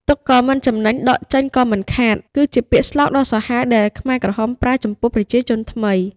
ទុកក៏មិនចំណេញ ដកចេញក៏មិនខាត គឺជាពាក្យស្លោកដ៏សាហាវដែលខ្មែរក្រហមប្រើចំពោះប្រជាជនថ្មី។